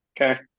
okay